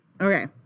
Okay